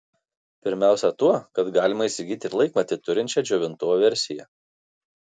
pirmiausiai tuo kad galima įsigyti ir laikmatį turinčią džiovintuvo versiją